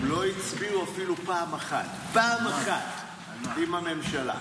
הם לא הצביעו אפילו פעם אחת, פעם אחת, עם הממשלה.